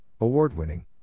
award-winning